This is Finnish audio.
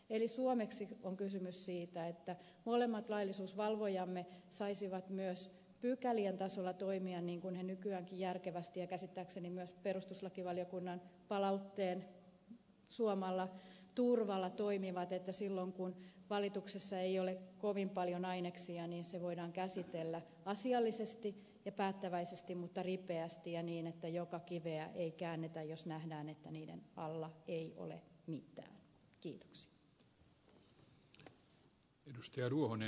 eli suomeksi on kysymys siitä että molemmat laillisuusvalvojamme saisivat myös pykälien tasolla toimia niin kuin he nykyäänkin järkevästi ja käsittääkseni myös perustuslakivaliokunnan palautteen suomalla turvalla toimivat että silloin kun valituksessa ei ole kovin paljon aineksia se voidaan käsitellä asiallisesti ja päättäväisesti mutta ripeästi ja niin että joka kiveä ei käännetä jos nähdään että niiden alla ei ole mitään